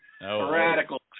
Radical